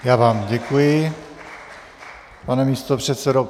Já vám děkuji, pane místopředsedo.